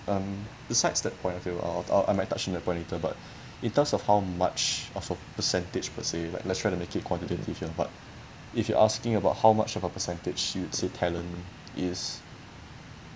um besides that point of view uh I I might touch on that point later but in terms of how much of a percentage per se like let's try to make it quantitative sia but if you're asking about how much of a percentage you'd say talent is